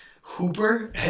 Hooper